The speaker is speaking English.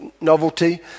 novelty